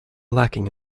lacking